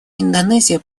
индонезия